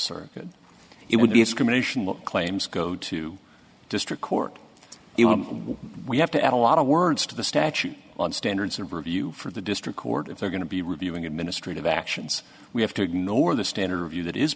circuit it would be as commission look claims go to district court we have to add a lot of words to the statute on standards of review for the district court if they're going to be reviewing administrative actions we have to ignore the standard review that is